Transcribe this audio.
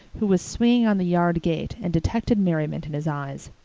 who was swinging on the yard gate, and detected merriment in his eyes.